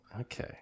Okay